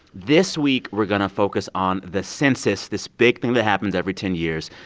this week, we're going to focus on the census, this big thing that happens every ten years.